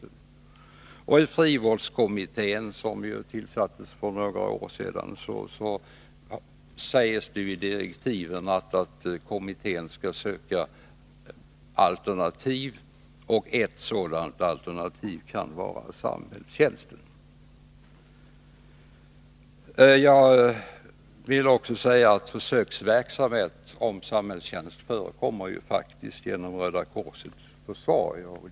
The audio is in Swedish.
I direktiven för frivårdskommittén, som tillsattes för några år sedan, sägs också att kommittén skall söka alternativ och att ett sådant alternativ kan vara samhällstjänst. Jag vill tillägga att försöksverksamhet med samhällstjänst bedrivs praktiskt genom Röda korsets försorg.